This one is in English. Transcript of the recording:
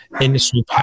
industry